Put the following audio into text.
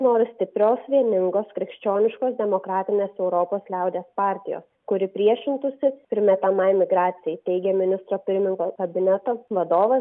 nori stiprios vieningos krikščioniškos demokratinės europos liaudies partijos kuri priešintųsi primetamai migracijai teigė ministro pirmininko kabineto vadovas